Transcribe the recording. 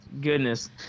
goodness